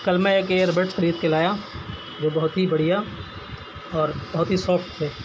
کل میں ایک ایئر بڈس خرید کے لایا جو بہت ہی بڑھیا اور بہت ہی سوفٹ تھے